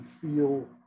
feel